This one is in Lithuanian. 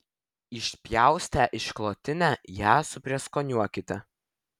išpjaustę išklotinę ją suprieskoniuokite